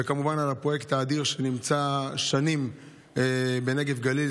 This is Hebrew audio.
וכמובן על הפרויקט האדיר שנמצא שנים בנגב ובגליל,